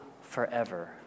forever